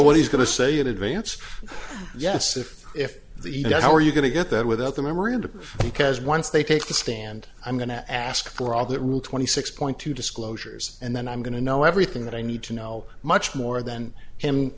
what he's going to say in advance yes if if you know how are you going to get that without the memorandum because once they take the stand i'm going to ask for all that rule twenty six point two disclosures and then i'm going to know everything that i need to know much more than him